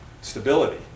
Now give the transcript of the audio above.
stability